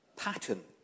pattern